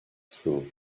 through